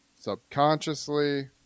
subconsciously